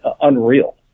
unreal